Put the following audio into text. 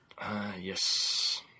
Yes